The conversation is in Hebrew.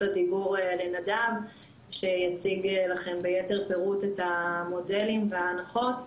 הדיבור לנדב שיציג לכם ביתר פירוט את המודלים וההנחות,